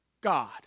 God